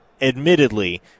Admittedly